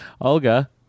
Olga